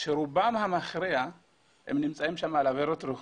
שרובם המכריע נמצאים שם בגיל עבירות רכוש.